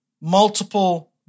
multiple